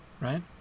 right